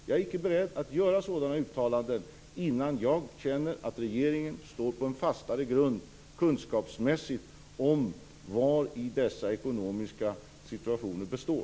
Jag är icke beredd att göra sådana uttalanden innan jag känner att regeringen kunskapsmässigt står på en fastare grund när det gäller vari dessa ekonomiska problem består.